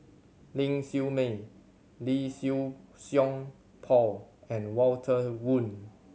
Ling Siew May Lee Siew Song Paul and Walter Woon